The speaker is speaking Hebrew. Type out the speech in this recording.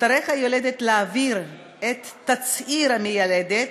תצטרך היולדת להעביר את תצהיר המיילדת